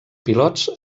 pilots